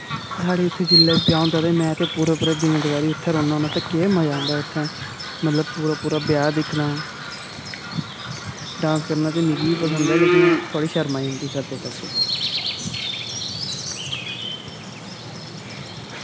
साढ़े इत्थै जिसलै ब्याह् होंदा ते में ते पूरा पूरा दिन दपैह्रीं उत्थै रोह्न्ना होन्ना ते क्या मजा औंदा उत्थै मतलब पूरा पूरा ब्याह् दिक्खना डांस करना ते मिगी बी पसंद ऐ लेकिन थोह्ड़ी शर्म आई जंदी करदे करदे